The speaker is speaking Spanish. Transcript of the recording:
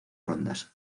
rondas